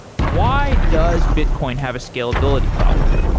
why does bitcoin have a scalability problem?